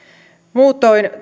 muutoin